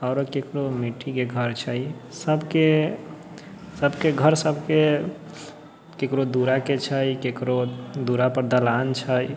आओर ककरो मिट्टीके घर छै सबके सबके घर सबके ककरो दुराके छै ककरो दुरापर दलान छै